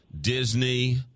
Disney